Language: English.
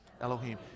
Elohim